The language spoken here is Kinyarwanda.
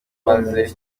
amaze